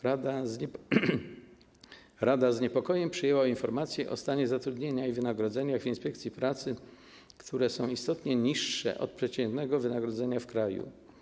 Rada z niepokojem przyjęła informację o stanie zatrudnienia i wynagrodzenia w inspekcji pracy, które są istotnie niższe od przeciętnego wynagrodzenia w kraju.